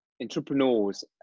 entrepreneurs